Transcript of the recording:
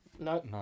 No